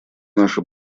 наше